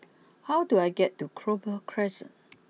how do I get to Clover Crescent